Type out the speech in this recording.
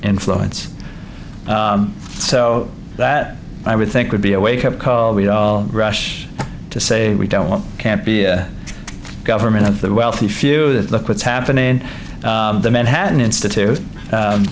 influence so that i would think would be a wake up call we'd all rush to say we don't want can't be a government of the wealthy few that look what's happening in the manhattan institute